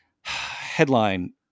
headline